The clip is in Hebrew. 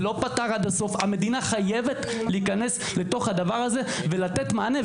המדינה חייבת להיכנס לתוך הדבר הזה ולתת מענה,